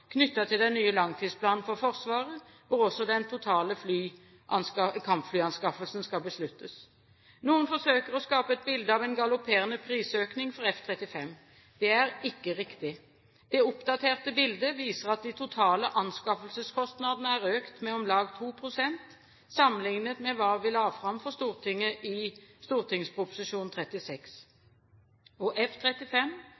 knyttet til den nye langtidsplanen for Forsvaret, hvor også den totale kampflyanskaffelsen skal besluttes. Noen forsøker å skape et bilde av en galopperende prisøkning for F-35. Det er ikke riktig. Det oppdaterte bildet viser at de totale anskaffelseskostnadene er økt med om lag 2 pst., sammenlignet med hva vi la fram for Stortinget i